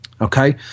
Okay